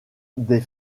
des